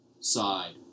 side